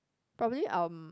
probably um